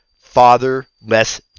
Fatherless